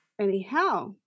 Anyhow